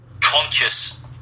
conscious